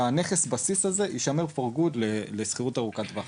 שהנכס בסיס הזה יישמר לתמיד לשכירות ארוכת טווח.